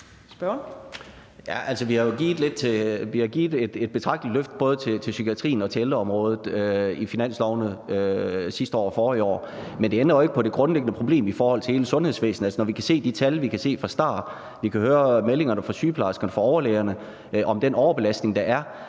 vi har jo givet et betragteligt løft både til psykiatrien og til ældreområdet i finanslovene sidste år og forrige år. Men det ændrer jo ikke på det grundlæggende problem i forhold til hele sundhedsvæsenet, altså når vi kan se de tal, vi kan se fra STAR, vi kan høre meldingerne fra sygeplejerskerne og fra overlægerne om den overbelastning, der er.